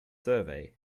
survey